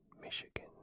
Michigan